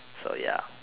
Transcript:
so ya